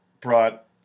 brought